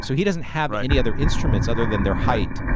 so he doesn't have any other instruments other than their height.